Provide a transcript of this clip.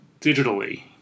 digitally